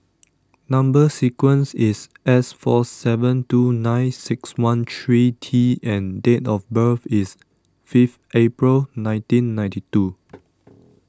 Number Sequence is S four seven two nine six one three T and date of birth is fifth April nineteen ninety two